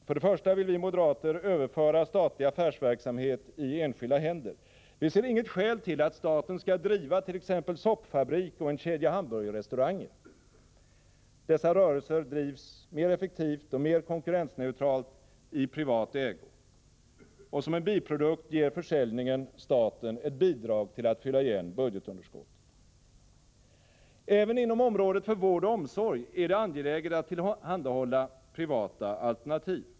För det första vill vi moderater överföra statlig affärsverksamhet i enskilda händer. Vi ser inget skäl till att staten skall driva t.ex. en soppfabrik och en kedja hamburgerrestauranger. Dessa rörelser drivs effektivare och mer konkurrensneutralt i privat ägo. Och som en biprodukt ger försäljningen staten ett bidrag till att fylla igen budgetunderskottet. Även inom området för vård och omsorg är det angeläget att tillhandahålla privata alternativ.